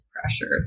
pressure